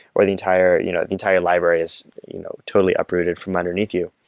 or the entire you know entire library is you know totally uprooted from underneath you.